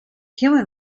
human